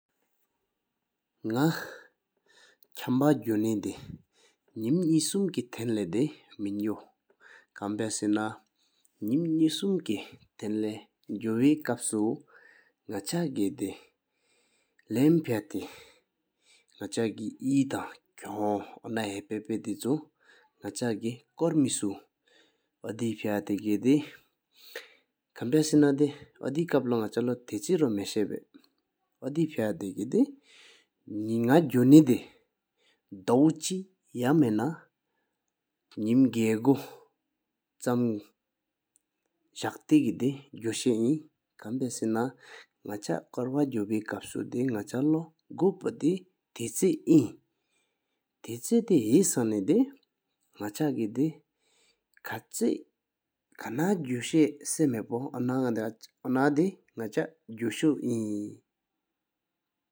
ནག་ཁམ་པ་དགུ་ནས་དེ་ཉིམ་སྣེ་གསུམ་ཀེ་ཐན་ལེ་དེ་མིན་དགུ་ཁན་ཕ་སེ་ན་ཉིམ་སྣེ་གསུམ་ཀེ་ཐང་ལེ་གུ་བ་ཀཔ་སུ་ནག་ཆ་ཀེ་དེ་ལམ་ཕ་ཏེ་ཀེ་ནག་ཆ་ཀེ་དེ་ཨེ་ཐང་ཁོང་འོ་ན་ཧ་ཧ་པོ་དེ་ཆུ་ནག་ཆ་ཀེ་སྐོར་མེ་སུ། འོ་དེ་ཕ་ཏེ་ཀེ་དེ་ཁན་ཕ་སེ་ན་དེ་འོ་དེ་ཀཔ་ལོ་ནག་ཆ་ལོ་ཐེ་ཆེ་མ་ཤ་བྷ་འོ་དེ་ཕ་ཏེ་ཀེ་དེ་དེ་ན་གུ་ནེ་དེ་དོོ་ཕྱིག་ཡ་མ་ན་ཉིམ་གཡས་གུ་ཆམ་ཟག་ཏེ་ཀེ་དེ་གུ་ཤེས་དེ་ལོ་བ། ཁན་ཕ་སེ་ན་ནག་ཆ་སྐོར་བ་གུ་བེ་ཀཔ་སུ་དེ་ནག་ཆ་ལོ་གོ་ཕོ་དེ་ཐེ་ཆེ་ཨིན། ཐེ་ཆེ་དེ་ཧས་ན་དེ་ནག་ཆ་ཀེ་དེ་ཁ་ཆ་ཁན་ན་གུ་ཤེས་སམ་ཧ་པོ་འོ་ན་དེ་ནག་ཆ་གུ་སུ་ཤེ་ཨིན།